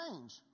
change